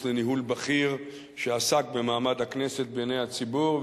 לניהול בכיר שעסק במעמד הכנסת בעיני הציבור.